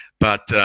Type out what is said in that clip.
but